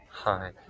Hi